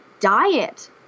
diet